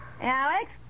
Alex